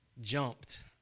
jumped